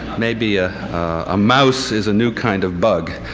maybe ah a mouse is a new kind of bug.